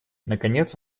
наконец